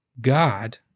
God